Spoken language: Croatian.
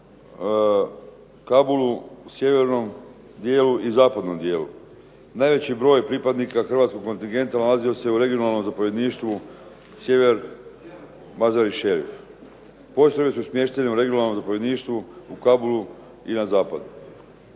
u Kabulu, sjevernom dijelu i zapadnom dijelu. Najveći broj pripadnika hrvatskog kontingenta nalazio se u regionalnom zapovjedništvu sjever Mazarik Sharif. …/Govornik se ne razumije./… u regionalnom zapovjedništvu u Kabulu i na zapadu.